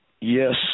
Yes